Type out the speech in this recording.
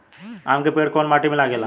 आम के पेड़ कोउन माटी में लागे ला?